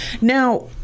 Now